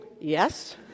yes